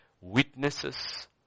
witnesses